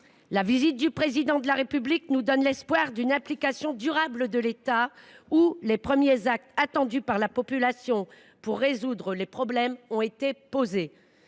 la visite du Président de la République nous a donné l’espoir d’une implication durable de l’État. Les premiers actes attendus par la population pour résoudre les problèmes ont été posés.